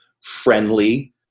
Friendly